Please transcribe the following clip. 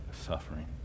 suffering